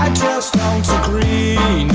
um just don't agree,